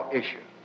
issue